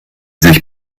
sich